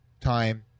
time